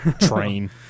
train